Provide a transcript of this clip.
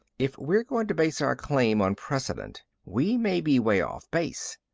if we're going to base our claim on precedent, we may be way off base.